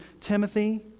Timothy